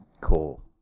Cool